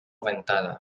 ventada